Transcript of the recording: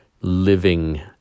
living